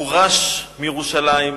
גורש מירושלים,